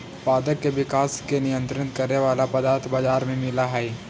पादप के विकास के नियंत्रित करे वाला पदार्थ बाजार में मिलऽ हई